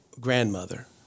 grandmother